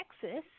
Texas